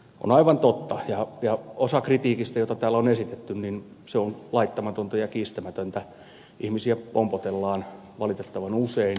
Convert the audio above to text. on aivan totta osa kritiikistä jota täällä on esitetty on laittamatonta ja kiistämätöntä että ihmisiä pompotellaan valitettavan usein